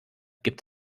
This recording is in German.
gibt